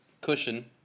cushion